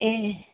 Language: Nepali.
ए